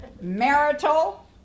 marital